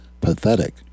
pathetic